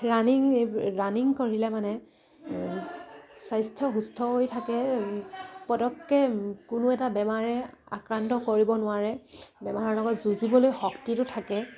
running running কৰিলে মানে স্বাস্থ্য সুস্থ হৈ থাকে পতককে কোনো এটা বেমাৰে আক্ৰান্ত কৰিব নোৱাৰে বেমাৰৰ লগত যুঁজিবলৈ শক্তিটো থাকে